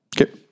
Okay